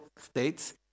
states